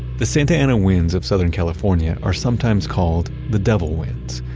the santa ana winds of southern california are sometimes called the devil winds.